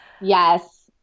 yes